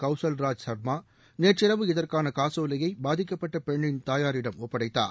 கௌசல் ராஜ் சர்மா நேற்றிரவு இதற்கான காசோலையை பாதிக்கப்பட்ட பெண்ணின் தாயாரிடம் ஒப்படைத்தார்